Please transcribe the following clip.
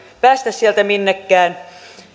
päästä sieltä minnekään